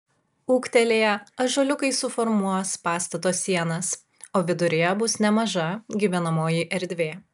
ūgtelėję ąžuoliukai suformuos pastato sienas o viduryje bus nemaža gyvenamoji erdvė